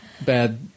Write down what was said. bad